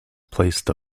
placed